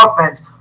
offense